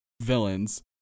villains